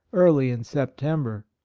early in september.